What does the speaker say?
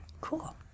Cool